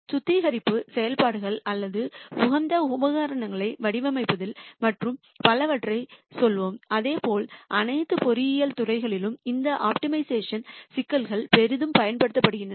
சுத்திகரிப்பு செயல்பாடுகள் அல்லது உகந்த உபகரணங்களை வடிவமைத்தல் மற்றும் பலவற்றைச் சொல்வோம் அதேபோல் அனைத்து பொறியியல் துறைகளிலும் இந்த ஆப்டிமைசேஷன் சிக்கல்கள் பெரிதும் பயன்படுத்தப்படுகின்றன